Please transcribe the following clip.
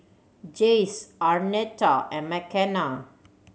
Jace Arnetta and Mckenna